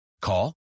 Call